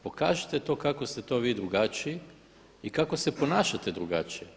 Pokažite to kako ste to vi drugačiji i kako se ponašate drugačije.